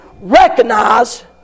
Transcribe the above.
recognize